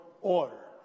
Order